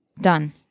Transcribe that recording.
Done